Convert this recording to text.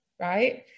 right